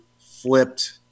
flipped